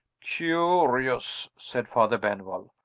curious, said father benwell.